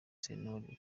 sentore